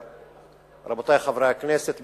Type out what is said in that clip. רבותי חברי הכנסת,